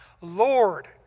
Lord